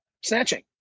snatching